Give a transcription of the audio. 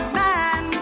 man